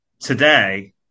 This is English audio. today